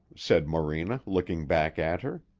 said morena, looking back at her,